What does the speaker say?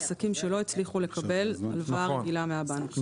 עסקים שלא הצליחו לקבל הלוואה רגילה מהבנק.